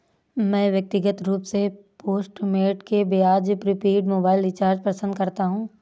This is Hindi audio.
मैं व्यक्तिगत रूप से पोस्टपेड के बजाय प्रीपेड मोबाइल रिचार्ज पसंद करता हूं